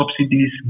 subsidies